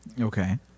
Okay